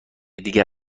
دیگر